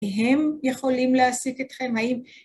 שהם יכולים להעסיק אתכם.